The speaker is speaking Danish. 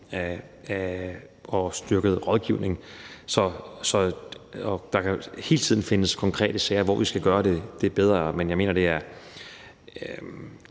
og styrket rådgivning. Og der kan hele tiden findes konkrete sager, hvor vi skal gøre det bedre, men jeg mener ikke, det er